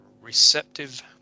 receptive